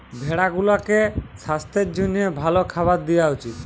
ভেড়া গুলাকে সাস্থের জ্যনহে ভাল খাবার দিঁয়া উচিত